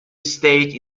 estate